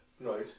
right